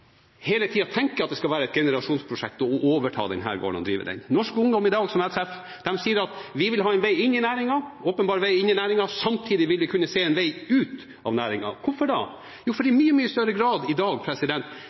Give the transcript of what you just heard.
hele tida tenker at det skal være et generasjonsprosjekt å overta denne gården og drive den. Norsk ungdom i dag som jeg treffer, sier at de vil ha en åpenbar vei inn i næringen, men samtidig vil de kunne se en vei ut av næringen. Hvorfor det? Jo, for